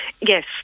Yes